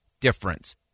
difference